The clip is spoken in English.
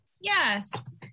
Yes